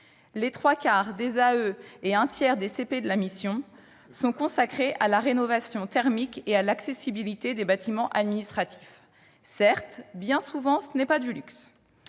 le tiers des crédits de paiement de la mission sont consacrés à la rénovation thermique et à l'accessibilité des bâtiments administratifs. Certes, bien souvent, ce n'est pas du luxe-